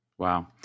Wow